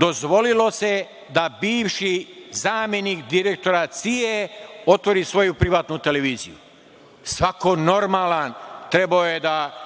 dozvolilo se da bivši zamenik direktora CIA otvori svoju privatnu televiziju. Svako normalan trebao je da